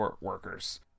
workers